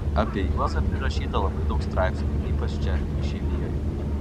apie juozą prirašyta labai daug straipsnių ypač čia išeivijoje